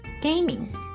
gaming